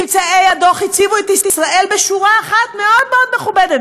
ממצאי הדוח הציבו את ישראל בשורה אחת מאוד מאוד "מכובדת",